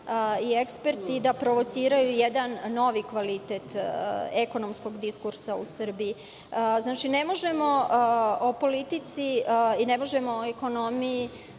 i eksperti da provociraju jedan novi kvalitet ekonomskog diskursa u Srbiji. Znači, ne možemo o politici i o ekonomiji